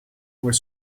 were